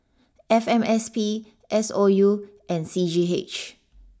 F M S P S O U and C G H